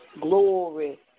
Glory